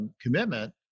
commitment